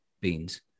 beans